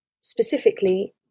specifically